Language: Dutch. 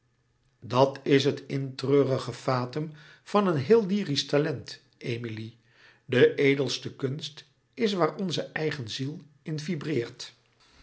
dat is het in treurige fatum van een heel lyrisch talent emilie de edelste kunst is waar onze eigen ziel in vibreert